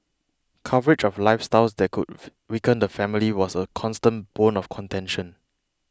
coverage of lifestyles that could weaken the family was a constant bone of contention